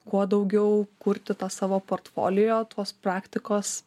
kuo daugiau kurti tą savo portfolijo tos praktikos